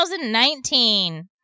2019